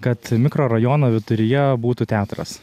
kad mikrorajono viduryje būtų teatras